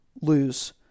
lose